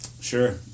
Sure